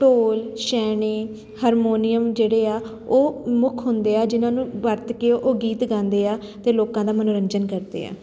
ਢੋਲ ਸ਼ੈਣੇ ਹਰਮੋਨੀਅਮ ਜਿਹੜੇ ਆ ਉਹ ਮੁੱਖ ਹੁੰਦੇ ਆ ਜਿਹਨਾਂ ਨੂੰ ਵਰਤ ਕੇ ਉਹ ਗੀਤ ਗਾਉਂਦੇ ਆ ਅਤੇ ਲੋਕਾਂ ਦਾ ਮਨੋਰੰਜਨ ਕਰਦੇ ਆ